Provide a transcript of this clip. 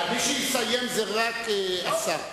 מי שיסיים זה רק השר.